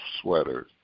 sweaters